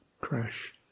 crash